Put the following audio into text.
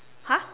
!huh!